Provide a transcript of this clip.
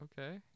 okay